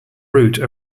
route